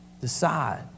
decide